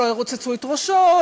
לא ירוצצו את ראשו,